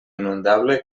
inundable